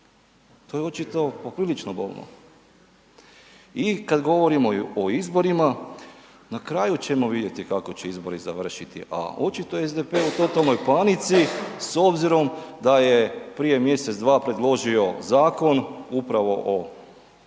To je očito poprilično bolno. I kad govorimo o izborima, na kraju ćemo vidjeti kako će izbori završiti a očito je SDP u totalnoj panici s obzirom da je prije mjesec, dva predložio zakon, upravo o